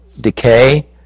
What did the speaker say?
decay